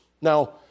Now